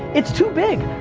it's too big.